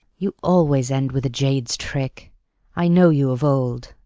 you always end with a jade's trick i know you of old.